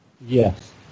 Yes